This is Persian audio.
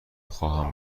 خواهم